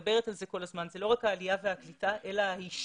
הזמן מדבר על זה זאת לא רק העלייה והקליטה אלא ההשתלבות.